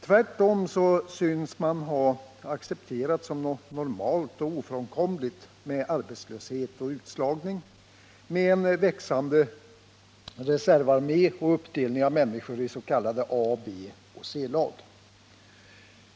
Tvärtom synes man ha accepterat som något normalt och ofrånkomligt arbetslöshet och utslagning, en växande reservarmé och uppdelning av människor i s.k. A-, B och C-lag.